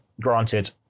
Granted